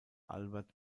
albert